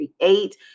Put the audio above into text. create